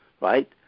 right